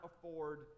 afford